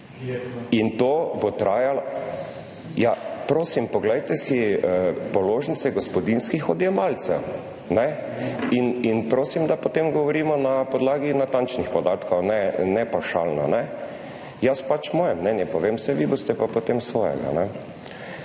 in to bo trajalo. Ja, prosim, poglejte si položnice gospodinjskih odjemalcev, ne, in prosim, da potem govorimo na podlagi natančnih podatkov, ne, ne pavšalno, ne. Jaz pač moje mnenje povem, saj vi boste pa potem svojega, ne?